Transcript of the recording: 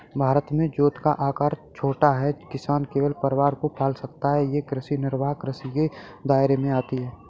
भारत में जोत का आकर छोटा है, किसान केवल परिवार को पाल सकता है ये कृषि निर्वाह कृषि के दायरे में आती है